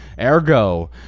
Ergo